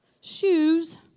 shoes